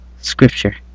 scripture